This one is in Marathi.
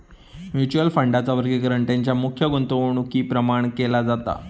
म्युच्युअल फंडांचा वर्गीकरण तेंच्या मुख्य गुंतवणुकीप्रमाण केला जाता